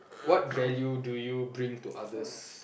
what value do you bring to others